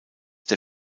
der